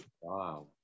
Wow